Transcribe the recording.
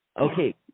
okay